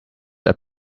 are